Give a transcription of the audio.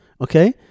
okay